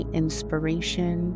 inspiration